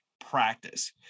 practice